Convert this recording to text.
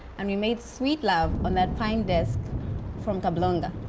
and we made sweet love on that pine desk from kabulonga,